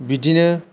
बिदिनो